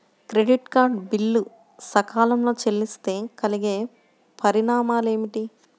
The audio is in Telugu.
క్రెడిట్ కార్డ్ బిల్లు సకాలంలో చెల్లిస్తే కలిగే పరిణామాలేమిటి?